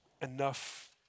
enough